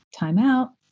Timeout